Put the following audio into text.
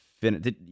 finish